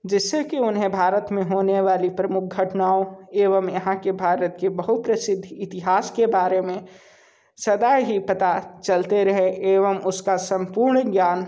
जिस से कि उन्हें भारत में होने वाली प्रमुख घटनाओं एवं यहाँ के भारत के बहुप्रसिद्ध इतिहास के बारे में सदा ही पता चलता रहे एवं उस का संपूर्ण ज्ञान